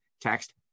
Text